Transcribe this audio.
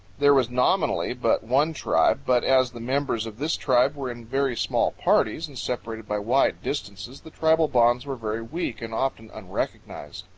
there was nominally but one tribe, but as the members of this tribe were in very small parties and separated by wide distances the tribal bonds were very weak and often unrecognized.